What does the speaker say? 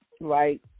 Right